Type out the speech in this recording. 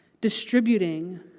distributing